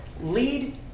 lead